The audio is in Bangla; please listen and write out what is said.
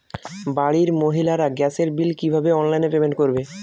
বাড়ির মহিলারা গ্যাসের বিল কি ভাবে অনলাইন পেমেন্ট করবে?